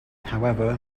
however